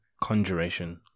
Conjuration